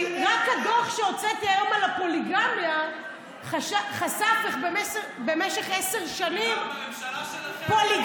רק הדוח שהוצאתי היום על הפוליגמיה חשף איך במשך עשר שנים פוליגמיה,